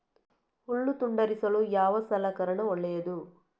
ಹುಲ್ಲು ತುಂಡರಿಸಲು ಯಾವ ಸಲಕರಣ ಒಳ್ಳೆಯದು?